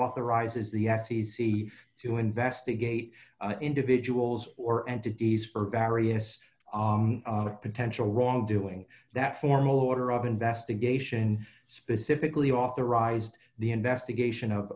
authorizes the f c c to investigate individuals or entities for various potential wrongdoing that formal order of investigation specifically authorized the investigation of